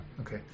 okay